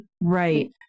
Right